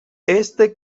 este